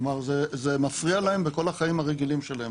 כלומר זה מפריע להם בכל החיים הרגילים שלהם,